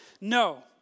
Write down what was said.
No